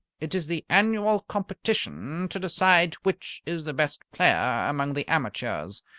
it is the annual competition to decide which is the best player among the amateurs.